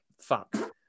fuck